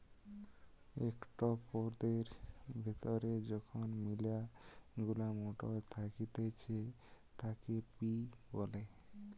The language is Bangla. একটো পদের ভেতরে যখন মিলা গুলা মটর থাকতিছে তাকে পি বলে